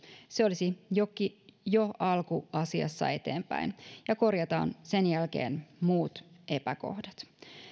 se olisi jo alku asiassa eteenpäin ja korjataan sen jälkeen muut epäkohdat